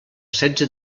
setze